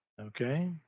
Okay